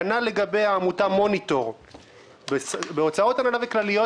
כנ"ל לגבי העמותה מוניטור בשורה 37 בהוצאות הנהלה וכלליות,